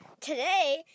today